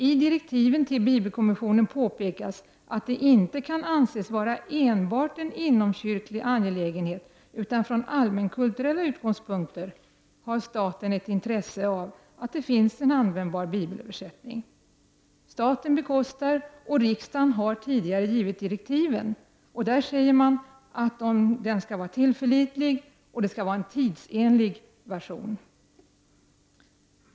I direktiven till bibelkommissionen påpekas att det inte kan anses vara enbart en inomkyrklig angelägenhet. Från allmänkulturella utgångspunkter har staten ett intresse av att det finns en användbar bibelöversättning. Staten bekostar, och riksdagen har tidigare givit direktiven — och där säger man att det skall vara en tillförlitlig och tidsenlig version.